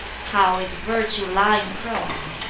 how is virtue lying prone!